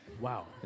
Wow